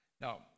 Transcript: now